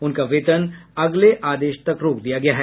उनका वेतन अगले आदेश तक रोक दिया गया है